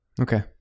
Okay